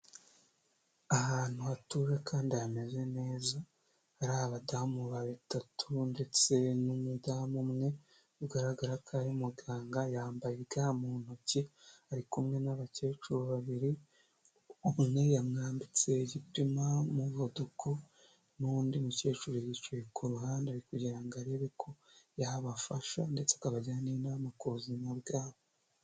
Ahantu hatuje kandi hameze neza, hari abadamu batatu ndetse n'umudamu umwe bigaragara ko ari muganga, yambaye ga mu ntoki ari kumwe n'abakecuru babiri, umwe yamwambitse igipima umuvuduko n'undi mukecuru yicaye ku ruhande kugira ngo arebe ko yabafasha ndetse akabagira n'inama ku buzima bwabo.